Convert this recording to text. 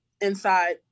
inside